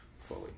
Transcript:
fully